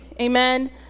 amen